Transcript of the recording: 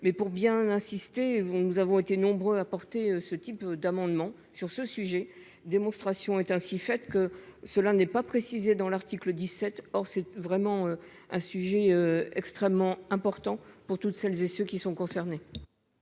mais pour bien insister vont nous avons été nombreux à porter ce type d'amendement sur ce sujet : démonstration est ainsi faite que cela n'est pas précisé dans l'article 17, or c'est vraiment un sujet extrêmement important pour toutes celles et ceux qui sont concernés.